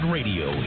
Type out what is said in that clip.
Radio